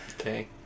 Okay